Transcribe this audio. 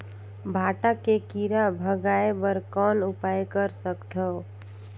भांटा के कीरा भगाय बर कौन उपाय कर सकथव?